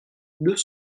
deux